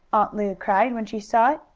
aunt lu cried, when she saw it.